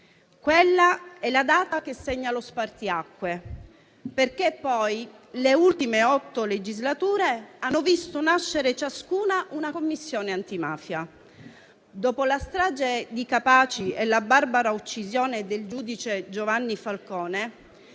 quella è la data che segna lo spartiacque, perché poi le ultime otto legislature hanno visto nascere ciascuna una Commissione antimafia. Dopo la strage di Capaci e la barbara uccisione del giudice Giovanni Falcone,